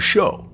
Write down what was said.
show